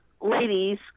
Ladies